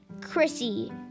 Chrissy